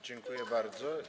Dziękuję bardzo.